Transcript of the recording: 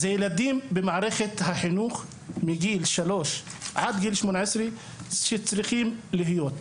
זה ילדים בגילאי שלוש עד 18 שצריכים להיות במסגרות.